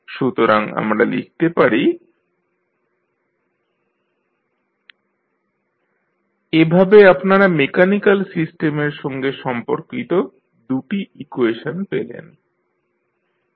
সুতরাং আমরা লিখতে পারি IsC1s211R1s11R2s 0C2s221L21R2s এভাবে আপনারা মেকানিক্যাল সিস্টেমের সঙ্গে সম্পর্কিত দু'টি ইকুয়েশন পেলেন